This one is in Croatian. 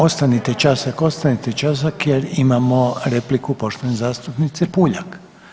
Ostanite časak, ostanite časak jer imamo repliku poštovane zastupnice Puljak.